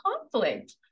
conflict